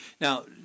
Now